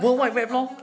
world wide web lor